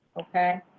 okay